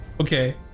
Okay